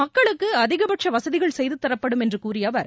மக்களுக்கு அதிகபட்ச வசதிகள் செய்துதரப்படும் என்று கூறிய அவர்